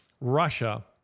Russia